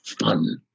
fun